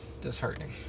disheartening